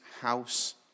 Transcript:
house